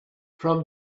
from